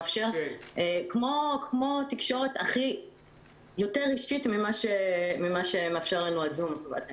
כמו תקשורת יותר אישית ממה שמאפשר הזום לטובת העניין.